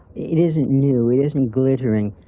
it isn't new. it isn't glittering.